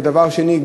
ודבר שני,